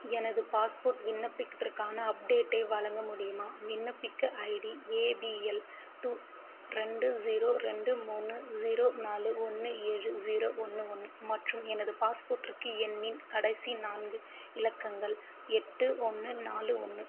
எனது பாஸ்போர்ட் விண்ணப்பிக்கத்திற்கான அப்டேட்டை வழங்க முடியுமா விண்ணப்பிக்க ID A B L two ரெண்டு ஜீரோ ரெண்டு மூணு ஜீரோ நாலு ஒன்று ஏழு ஜீரோ ஒன்று ஒன்று மற்றும் எனது பாஸ்போர்ட்டிற்கு எண்ணின் கடைசி நான்கு இலக்கங்கள் எட்டு ஒன்று நாலு ஒன்று